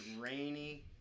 rainy